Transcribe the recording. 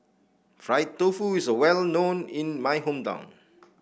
Fried Tofu is well known in my hometown